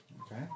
Okay